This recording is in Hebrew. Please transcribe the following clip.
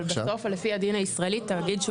אבל בסוף לפי הדין הישראלי, תאגיד,